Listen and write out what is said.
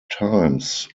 times